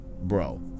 bro